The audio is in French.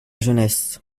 jeunesse